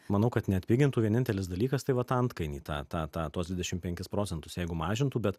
manau kad neatpigintų vienintelis dalykas tai vat antkainį tą tą tą tuos dvidešim penkis procentus jeigu mažintų bet